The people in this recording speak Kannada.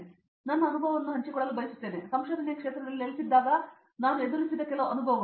ಹಾಗಾಗಿ ನನ್ನ ಅನುಭವವನ್ನು ಹಂಚಿಕೊಳ್ಳಲು ನಾನು ಬಯಸುತ್ತೇನೆ ಸಂಶೋಧನೆಯ ಕ್ಷೇತ್ರದಲ್ಲಿ ನೆಲೆಸಿದ್ದಾಗ ನಾನು ಎದುರಿಸಿದ ಕೆಲವು ಅನುಭವಗಳು